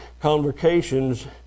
convocations